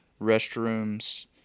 restrooms